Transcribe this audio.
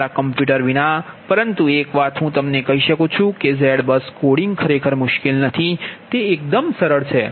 તમારા કમ્પ્યુટર વિના પરંતુ એક વાત હું તમને કહી શકું છું કે ઝેડ બસ કોડિંગ ખરેખર મુશ્કેલ નથી તે એકદમ સરળ છે